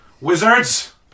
Wizards